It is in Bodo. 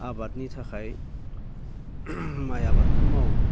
आबादनि थाखाय माइ आबादखौनो मावो